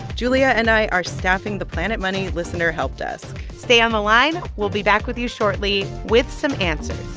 julia and i are staffing the planet money listener help desk stay on the line. we'll be back with you shortly with some answers